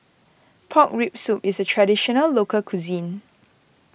Pork Rib Soup is a Traditional Local Cuisine